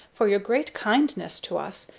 for your great kindness to us,